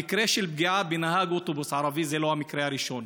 המקרה של פגיעה בנהג אוטובוס ערבי זה לא המקרה הראשון.